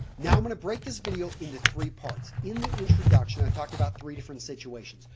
now, i'm going to break this video into three parts. in the introduction i talked about three different situations.